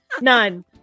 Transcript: None